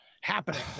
happening